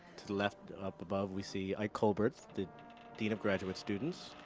to the left up above, we see ike colbert, the dean of graduate students.